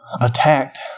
attacked